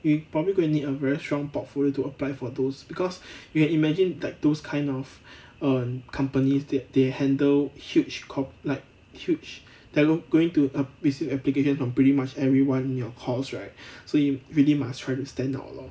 you probably gonna need a very strong portfolio to apply for those because you can imagine like those kind of err companies they they handle huge cor~ like huge telom~ going to receive applications from pretty much everyone in your course right so you really must try to stand out lor